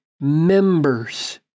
members